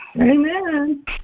Amen